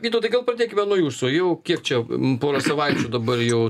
vytautai gal pradėkime nuo jūsų jau kiek čia pora savaičių dabar jau